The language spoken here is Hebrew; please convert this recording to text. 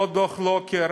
לא דוח לוקר,